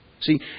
See